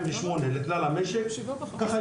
כך אפשר לפתור גם את הבעיה הזאת.